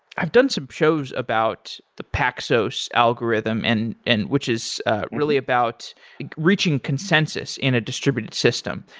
i've done some shows about the paxos algorithm, and and which is really about reaching consensus in a distributed system.